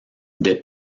des